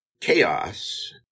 chaos